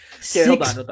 six